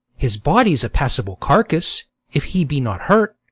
his body's a passable carcass if he be not hurt.